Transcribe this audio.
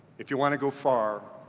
if you wanna go far,